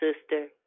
sister